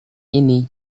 ini